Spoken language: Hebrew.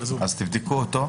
אז תבדקו.